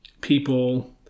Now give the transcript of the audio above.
people